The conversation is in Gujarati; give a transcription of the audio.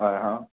હં હં